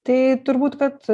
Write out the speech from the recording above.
tai turbūt kad